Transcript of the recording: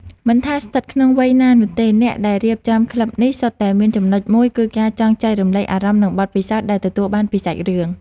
មិនថាស្ថិតក្នុងវ័យណានោះទេ អ្នកដែលរៀបចំក្លឹបនេះ សុទ្ធតែមានចំណុចរួមមួយ គឺការចង់ចែករំលែកអារម្មណ៍ និងបទពិសោធន៍ដែលទទួលបានពីសាច់រឿង។